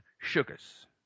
sugars